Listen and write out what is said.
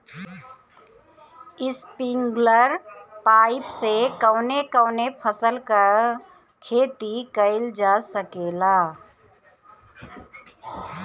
Sprinkler pipe से कवने कवने फसल क खेती कइल जा सकेला?